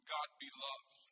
God-beloved